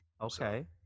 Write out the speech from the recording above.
Okay